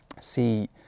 see